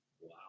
Wow